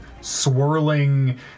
swirling